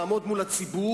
לעמוד מול הציבור,